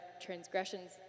transgressions